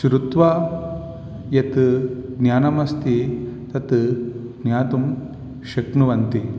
श्रुत्वा यत् ज्ञानमस्ति तत् ज्ञातुं शक्नुवन्ति